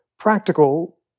practical